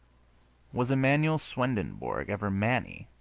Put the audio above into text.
was emmanuel swendenborg ever manny?